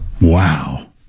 Wow